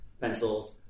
pencils